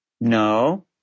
no